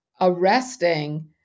arresting